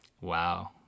Wow